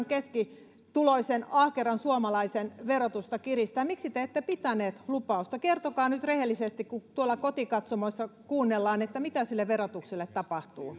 keskituloisen ahkeran suomalaisen verotusta kiristää miksi te ette pitänyt lupausta kertokaa nyt rehellisesti kun tuolla kotikatsomoissa kuunnellaan mitä sille verotukselle tapahtuu